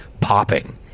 popping